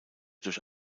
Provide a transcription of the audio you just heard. durch